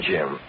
Jim